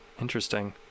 Interesting